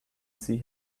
see